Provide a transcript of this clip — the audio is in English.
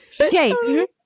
Okay